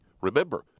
remember